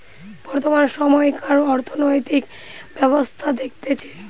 বর্তমান সময়কার অর্থনৈতিক ব্যবস্থা দেখতেছে